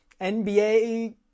NBA